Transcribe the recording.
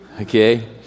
Okay